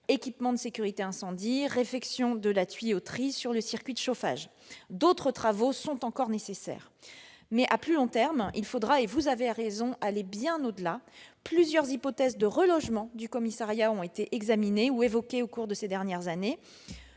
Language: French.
équipements de sécurité incendie et réfection de la tuyauterie sur le circuit de chauffage. D'autres travaux sont encore nécessaires. À plus long terme, il faudra- vous avez raison -aller bien au-delà. Plusieurs hypothèses de relogement du commissariat ont été examinées ou évoquées au cours de ces dernières années